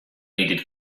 needed